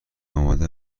آماده